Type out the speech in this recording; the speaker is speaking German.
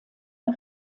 der